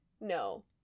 No